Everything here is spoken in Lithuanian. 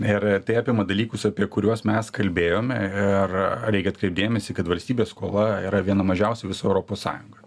ir tai apima dalykus apie kuriuos mes kalbėjome ir reikia atkreipt dėmesį kad valstybės skola yra viena mažiausių visoj europos sąjungoj